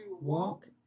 walk